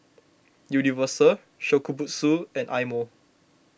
Universal Shokubutsu and Eye Mo